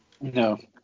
No